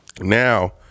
Now